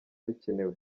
bikenewe